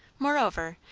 moreover,